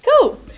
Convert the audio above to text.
Cool